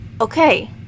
okay